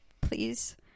please